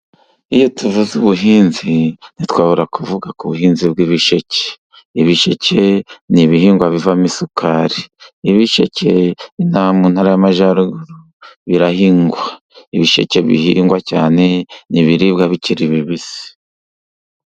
Iyo tuvuze ubuhinzi, ntitwabura kuvuga ku buhinzi bw'ibisheke. Ibisheke ni ibihingwa bivamo isukari. Ibisheke inaha mu Ntara y'Amajyaruguru birahingwa. Ibisheke bihingwa cyane ni ibiribwa bikiri bibisi.